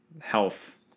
health